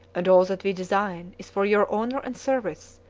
and all that we design, is for your honor and service,